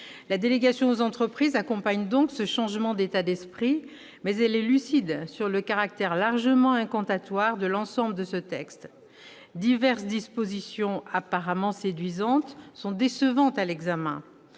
La délégation aux entreprises accompagne donc le changement d'état d'esprit que marque le texte, mais elle est lucide sur le caractère largement incantatoire de l'ensemble de ses dispositions. Diverses mesures, apparemment séduisantes, sont décevantes à l'examen